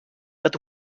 but